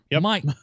Mike